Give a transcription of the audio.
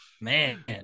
man